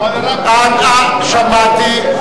שמעתי.